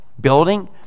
building